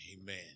Amen